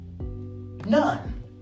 None